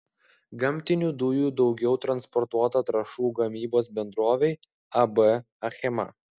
gamtinių dujų daugiau transportuota trąšų gamybos bendrovei ab achema